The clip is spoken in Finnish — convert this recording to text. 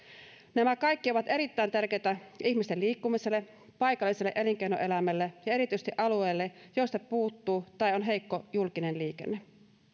nämä kaikki ovat erittäin tärkeitä ihmisten liikkumiselle paikalliselle elinkeinoelämälle ja erityisesti alueille joilta puuttuu tai joilla on heikko julkinen liikenne